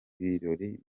birori